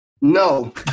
no